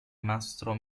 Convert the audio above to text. mastro